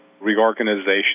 reorganization